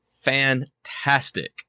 fantastic